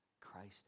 Christ